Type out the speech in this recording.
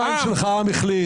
בניגוד למה שנהג קודם לכן,